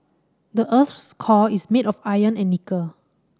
the earth's core is made of iron and nickel